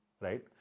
right